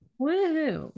Woohoo